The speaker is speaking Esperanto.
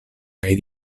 kaj